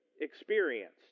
experienced